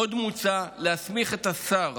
עוד מוצע להסמיך את השר